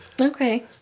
Okay